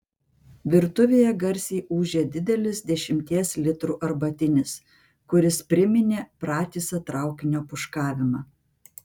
virtuvėje garsiai ūžė didelis dešimties litrų arbatinis kuris priminė pratisą traukinio pūškavimą